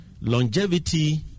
longevity